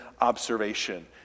observation